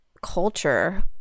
culture